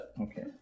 Okay